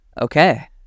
okay